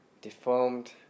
deformed